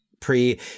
pre